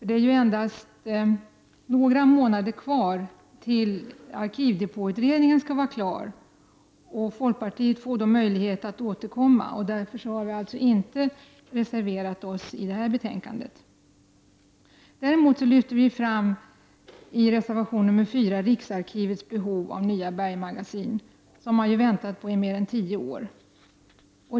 Det är nu endast några månader kvar innan arkivdepåutredningen skall vara klar. Folkpartiet får då möjlighet att återkomma. Därför har vi inte reserverat oss i detta betänkande. Däremot lyfter vi i reservation nr 4 fram riksarkivets behov av nya bergmagasin, som man väntat på i mer än tio år.